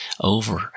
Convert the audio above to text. over